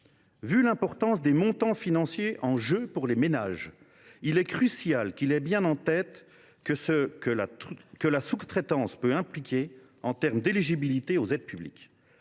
de l’importance des montants financiers en jeu pour les ménages, il est crucial qu’ils aient bien en tête ce que la sous traitance peut impliquer en termes d’éligibilité aux aides publiques.